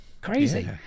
Crazy